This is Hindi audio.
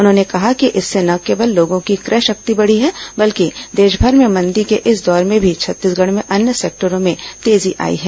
उन्होंने कहा कि इससे न केवल लोगों की क्रय शक्ति बढ़ी है बल्कि देशभर में मंदी के इस दौर में भी छत्तीसगढ़ में अन्य सेक्टरों में तेजी आई है